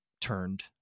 turned